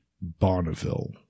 Bonneville